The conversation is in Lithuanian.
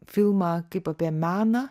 filmą kaip apie meną